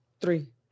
Three